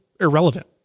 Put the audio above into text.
irrelevant